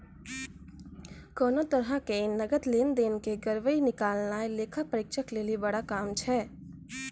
कोनो तरहो के नकद लेन देन के गड़बड़ी निकालनाय लेखा परीक्षक लेली बड़ा काम छै